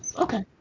Okay